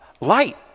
Light